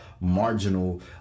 marginal